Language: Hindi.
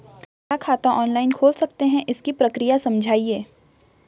क्या खाता ऑनलाइन खोल सकते हैं इसकी प्रक्रिया समझाइए?